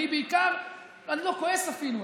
אני בעיקר אני לא כועס אפילו,